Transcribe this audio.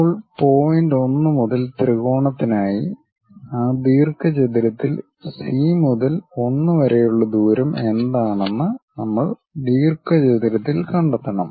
ഇപ്പോൾ പോയിന്റ് 1 മുതൽ ത്രികോണത്തിനായി ആ ദീർഘചതുരത്തിൽ സി മുതൽ 1 വരെയുള്ള ദൂരം എന്താണെന്ന് നമ്മൾ ദീർഘചതുരത്തിൽ കണ്ടെത്തണം